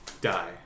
die